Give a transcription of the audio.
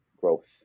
growth